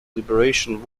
liberation